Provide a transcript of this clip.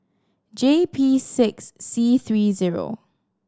J P six C three zero